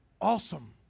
awesome